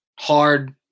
hard